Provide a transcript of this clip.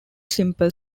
simple